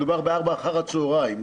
מדובר בארבע אחר הצהריים,